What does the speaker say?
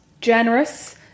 generous